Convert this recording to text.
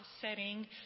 setting